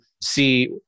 see